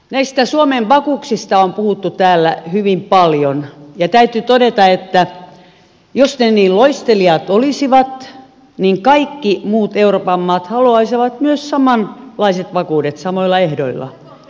näistä suomen vakuuksista on puhuttu täällä hyvin paljon ja täytyy todeta että jos ne niin loisteliaat olisivat niin kaikki muut euroopan maat haluaisivat myös samanlaiset vakuudet samoilla ehdoilla